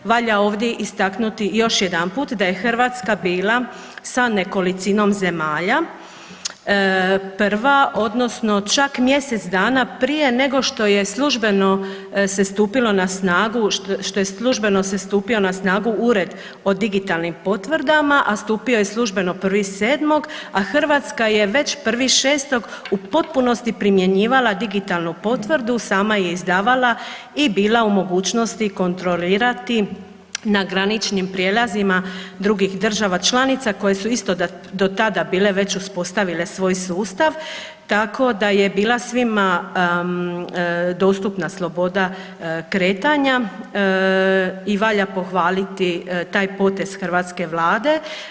Valja ovdje istaknuti još jedanput da je Hrvatska bila sa nekolicinom zemalja prva, odnosno čak mjesec dana prije nego što je službeno se stupilo na snagu što je službeno se stupio na snagu ured o digitalnim potvrdama, a stupio je službeno 1.7. a Hrvatska je već 1.6. u potpunosti primjenjivala digitalnu potvrdu, sama je izdavala i bila u mogućnosti kontrolirati na graničnim prijelazima drugih država članica koje su isto do tada bile već uspostavile svoj sustav tako da je bila svima dostupna sloboda kretanja i valja pohvaliti taj potez hrvatske Vlade.